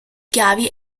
chiavi